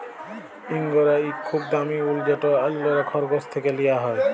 ইঙ্গরা ইক খুব দামি উল যেট অল্যরা খরগোশ থ্যাকে লিয়া হ্যয়